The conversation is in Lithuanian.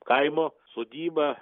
kaimo sodyba